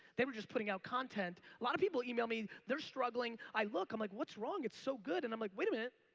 they were just putting out content. lot of people email me, they're struggling, i look like i'm like what's wrong? it's so good and i'm like wait a minute,